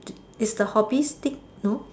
is the hobbies thick no